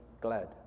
glad